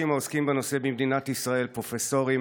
העוסקים בנושא במדינת ישראל: פרופסורים,